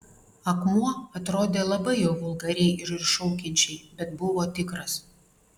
akmuo atrodė labai jau vulgariai ir iššaukiančiai bet buvo tikras